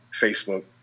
Facebook